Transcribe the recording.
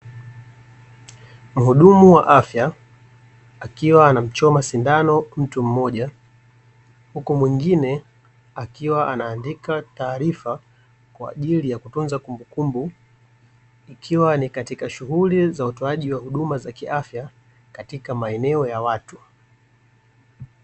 Mhudumu wa afya akiwa anamchoma sindano mtu mmoja, huku mwingie akiwa anaandika taarifa kwa ajili ya kutunza kumbukumbu. Ikiwa ni katika shughuli za utoaji wa huduma za kiafya katika maeneo ya watu.